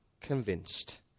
convinced